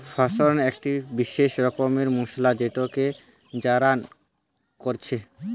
saffron একটি বিসেস রকমের মসলা যেটাকে জাফরান বলছে